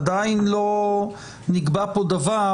עדיין לא נקבע פה דבר,